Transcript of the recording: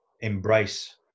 embrace